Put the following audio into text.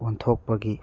ꯑꯣꯟꯊꯣꯛꯄꯒꯤ